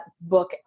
book